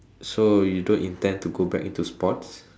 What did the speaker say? so you don't intend to go back into sports